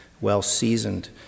well-seasoned